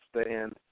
stand